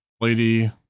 Lady